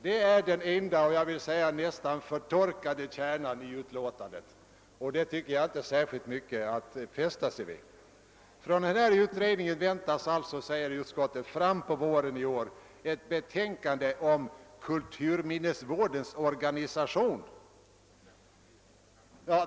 Det är den enda, jag vill säga nästan förtorkade kärnan i utlåtandet, och det tycker jag inte är särskilt mycket att fästa sig vid. Från denna utredning väntas alltså, skriver utskottet, frampå våren i år ett betänkande om kulturminnesvårdens organisation.